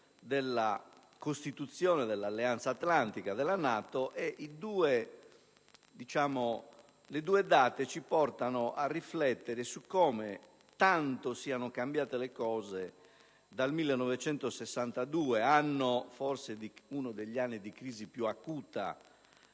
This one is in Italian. della costituzione della NATO. Le due date ci portano a riflettere su come tanto siano cambiate le cose dal 1962, forse uno degli anni di crisi più acuta